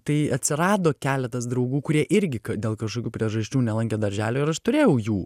tai atsirado keletas draugų kurie irgi dėl kažkokių priežasčių nelankė darželio ir aš turėjau jų